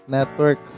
Network